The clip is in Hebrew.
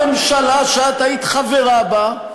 הממשלה שאת היית חברה בה,